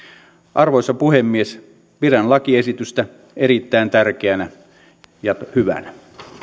arvoisa puhemies pidän lakiesitystä erittäin tärkeänä ja hyvänä